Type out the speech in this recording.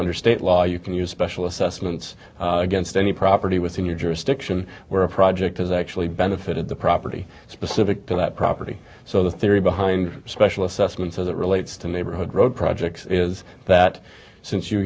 under state law you can use special assessments against any property within your jurisdiction where a project has actually benefited the property specific to that property so the theory behind special assessments as it relates to neighborhood road projects is that since you